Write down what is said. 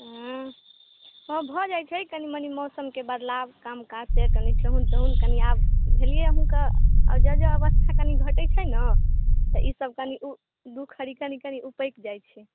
एँ हँ भऽ जाइ छै कनि मनि मौसमके बदलाव काम काजसँ कनि ठेहुन तेहुन कनि आब भेलियै अहुँ कऽ आओर जँ जँ अवस्था कनि घटय छै ने तऽ ईसब कनि उ दुःख कनि कनि कनि उपटि जाइ छै